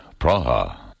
Praha